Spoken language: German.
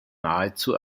nahezu